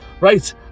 Right